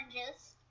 oranges